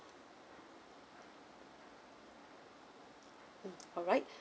alright